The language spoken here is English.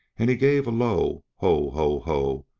and he gave a low ho, ho, ho,